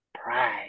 Pride